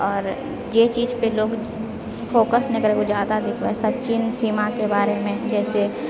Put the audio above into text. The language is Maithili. आओर जे चीज पर लोक फोकस नहि करै छै ओ जादा देखाइत सचिन सीमाके बारेमे जाहिसँ